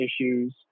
issues